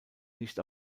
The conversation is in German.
nicht